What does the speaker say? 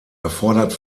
erfordert